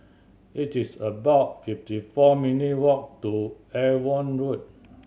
it is about fifty four minute walk to Avon Road